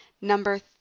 Number